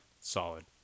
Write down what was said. Solid